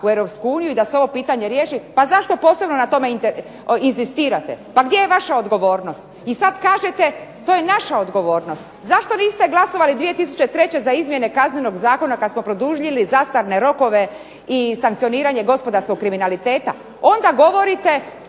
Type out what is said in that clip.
u Europsku uniju i da se ovo pitanje riješi, pa zašto posebno na tome inzistirate. Pa gdje je vaša odgovornost? I sad kažete to je naša odgovornost. Zašto niste glasovali 2003. za izmjene Kaznenog zakona kad smo produžili zastarne rokove i sankcioniranje gospodarskog kriminaliteta? Onda govorite,